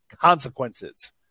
consequences